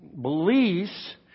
beliefs